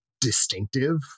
distinctive